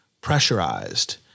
pressurized